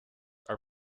are